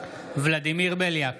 ולדימיר בליאק,